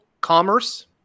commerce